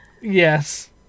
Yes